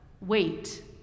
Wait